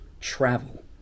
travel